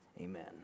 amen